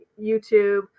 youtube